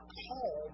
call